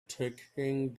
taking